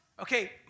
Okay